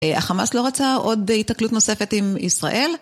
החמאס לא רצה עוד התקלות נוספת עם ישראל.